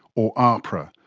or ahpra,